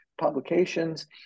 publications